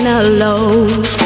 alone